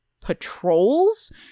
patrols